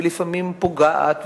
לפעמים פוגעת,